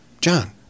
John